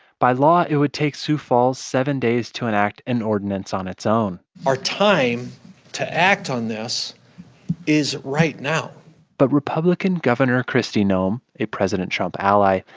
by law, it would take sioux falls seven days to enact an ordinance on its own our time to act on this is right now but republican gov. and kristi noem, a president trump ally,